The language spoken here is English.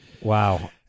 Wow